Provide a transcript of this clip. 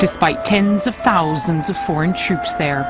despite tens of thousands of foreign troops there